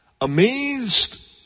Amazed